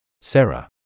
Sarah